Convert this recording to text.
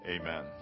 Amen